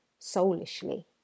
soulishly